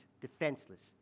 defenseless